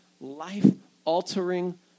Life-altering